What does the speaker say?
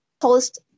post